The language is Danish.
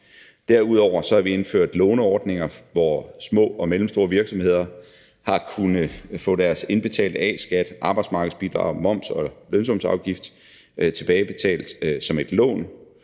Derudover har vi indført låneordninger, hvor små og mellemstore virksomheder har kunnet få deres indbetalte A-skat, arbejdsmarkedsbidrag, moms og lønsumsafgift tilbagebetalt som et lån.